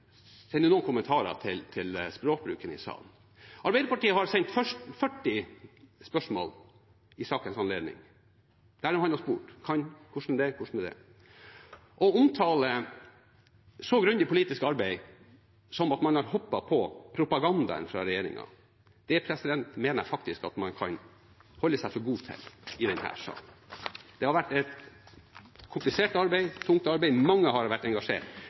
noen kommentarer til språkbruken i salen: Arbeiderpartiet har sendt 40 spørsmål i sakens anledning, der man har spurt: Hvordan er det, hvordan er det, osv. Å omtale et så grundig politisk arbeid som at man har hoppet på propagandaen fra regjeringen, mener jeg at man skal holde seg for god til i denne saken. Det har vært et komplisert og tungt arbeid som mange har vært engasjert